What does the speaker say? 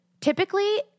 typically